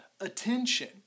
attention